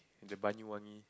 the bunny sunny